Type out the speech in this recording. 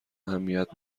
اهمیت